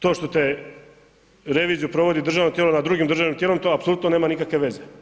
To što reviziju provodi državno tijelo nad drugim državnim tijelom to apsolutno nema nikakve veze.